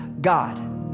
God